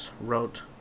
wrote